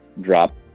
drop